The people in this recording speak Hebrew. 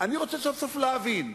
אני רוצה סוף-סוף להבין,